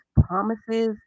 promises